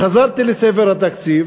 חזרתי לספר התקציב,